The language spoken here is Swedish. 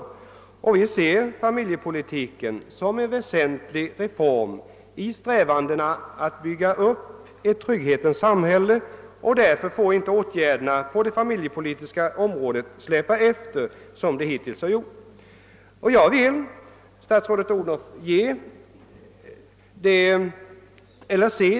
Vi ser förslagen beträffande familjepolitiken som en väsentlig reform i strävandena att bygga upp ett trygghetssamhälle, och därför får inte åtgärderna på familjepolitikens område släpa efter som de hittills gjort.